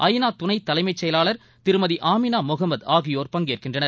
ஐநா துணைத் தலைமச் செயலாளர் திருமதி ஆமினா முகமத் ஆகியோர் பங்கேற்கின்றனர்